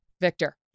Victor